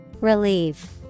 Relieve